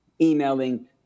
emailing